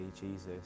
Jesus